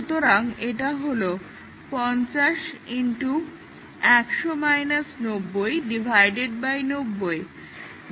সুতরাং এটা হলো 50 90 যা মোটামুটিভাবে 6 হয়